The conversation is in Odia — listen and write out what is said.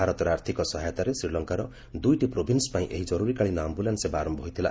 ଭାରତର ଆର୍ଥିକ ସହାହୟତାରେ ଶ୍ରୀଲଙ୍କାର ଦୁଇଟି ପ୍ରୋଭିନ୍ନ ପାଇଁ ଏହି କରୁରୀକାଳୀନ ଆମ୍ଭୁଲାନ୍ନ ସେବା ଆରମ୍ଭ ହୋଇଥିଲା